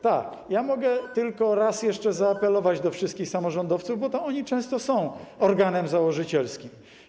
Tak, mogę tylko raz jeszcze zaapelować do wszystkich samorządowców, bo to oni często są organem założycielskim.